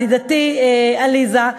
ידידתי עליזה,